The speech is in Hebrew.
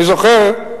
אני זוכר,